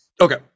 Okay